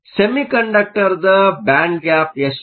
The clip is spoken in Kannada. ಸೆಮಿಕಂಡಕ್ಟರ್ ಬ್ಯಾಂಡ್ ಗ್ಯಾಪ್ ಏಷ್ಟು